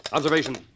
Observation